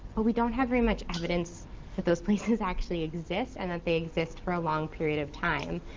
but we don't have very much evidence that those places actually exist, and that they exist for a long period of time.